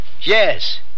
Yes